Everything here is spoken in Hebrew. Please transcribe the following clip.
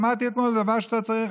שמעתי אתמול דבר שאתה צריך,